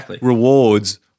rewards